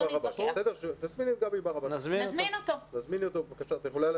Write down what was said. תזמיני את גבי ברבש.